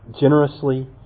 generously